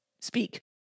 speak